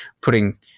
Putting